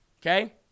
Okay